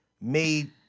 Made